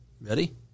Ready